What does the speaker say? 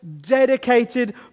dedicated